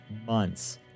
months